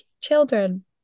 children